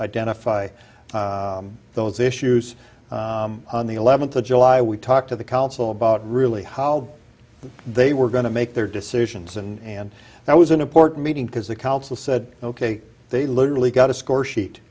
identify those issues on the eleventh of july we talked to the council about really how they were going to make their decisions and that was an important meeting because the council said ok they literally got a scoresheet